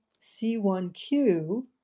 C1Q